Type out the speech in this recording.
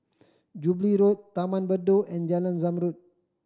Jubilee Road Taman Bedok and Jalan Zamrud